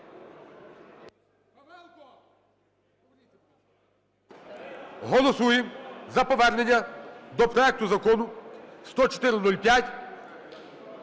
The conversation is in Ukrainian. голосуємо за повернення до проекту Закону 10405